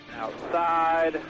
Outside